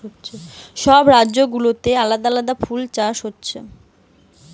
সব রাজ্য গুলাতে আলাদা আলাদা ফুল চাষ হচ্ছে